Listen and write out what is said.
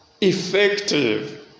effective